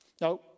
Now